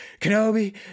Kenobi